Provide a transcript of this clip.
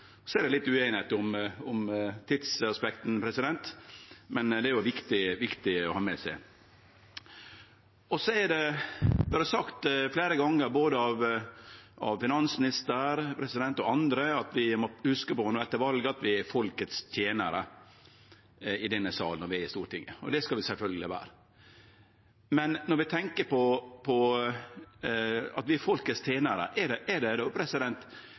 Det er litt ueinigheit om tidsaspektet, men det er jo viktig å ha med seg dette. Det har vore sagt fleire gonger, både av finansministeren og av andre, at vi må hugse på, no etter valet, at vi er folkets tenarar, vi i denne salen på Stortinget. Det skal vi sjølvsagt vere. Men når vi tenkjer på å vere folkets tenarar, er det sånn at det